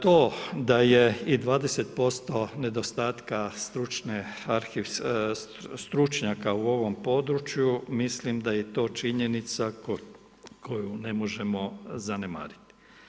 To da je i 20% nedostatka stručnjaka u ovom području, mislim da je to činjenica koju ne možemo zanemariti.